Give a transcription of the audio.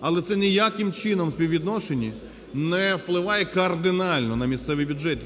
Але це ніяким чином в співвідношенні не впливає кардинально на місцеві бюджети.